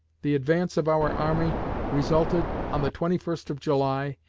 the advance of our army resulted, on the twenty first of july,